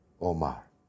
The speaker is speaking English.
Omar